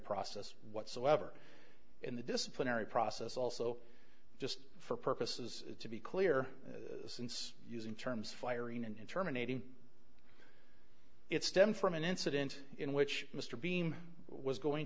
process whatsoever in the disciplinary process also just for purposes to be clear since using terms firing and in terminating its stem from an incident in which mr beam was going